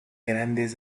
grandes